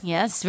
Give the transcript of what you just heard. Yes